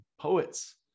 poets